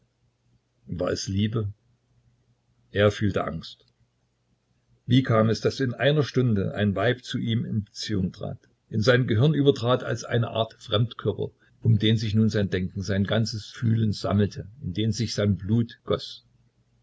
war es liebe er fühlte angst wie kam es daß in einer stunde ein weib zu ihm in beziehung trat in sein gehirn übertrat als eine art fremdkörper um den sich nun sein denken sein ganzes fühlen sammelte in den sich sein blut goß